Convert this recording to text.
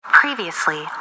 Previously